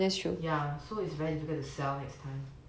ya so it's very difficult to sell next time